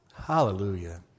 Hallelujah